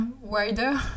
wider